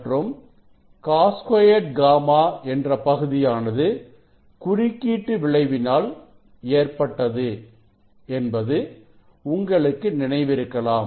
மற்றும் Cos2γ என்ற பகுதியானது குறுக்கீட்டு விளைவினால் ஏற்பட்டது என்பது உங்களுக்கு நினைவிருக்கலாம்